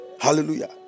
hallelujah